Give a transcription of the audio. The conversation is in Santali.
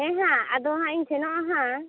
ᱦᱮᱸ ᱦᱟᱜ ᱟᱫᱚ ᱦᱟᱜ ᱤᱧ ᱥᱮᱱᱚᱜ ᱦᱟᱜ